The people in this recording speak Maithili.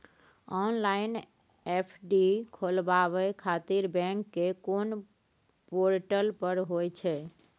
ऑनलाइन एफ.डी खोलाबय खातिर बैंक के कोन पोर्टल पर होए छै?